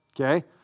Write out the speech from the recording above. okay